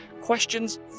questions